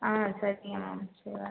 சரிங்க மேம்